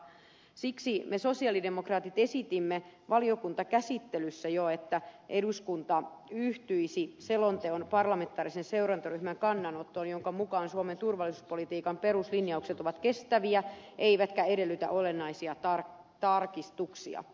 siksi me sosialidemokraatit esitimme jo valiokuntakäsittelyssä että eduskunta yhtyisi selonteon parlamentaarisen seurantaryhmän kannanottoon jonka mukaan suomen turvallisuuspolitiikan peruslinjaukset ovat kestäviä eivätkä edellytä olennaisia tarkistuksia